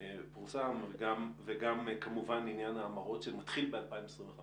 וגם כמובן עניין ההמרות שמתחיל ב-2025